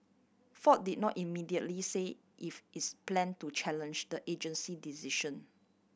ford did not immediately say if it's plan to challenge the agency decision